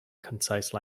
concise